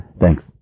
thanks